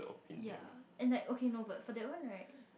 ya and like okay no but for that one right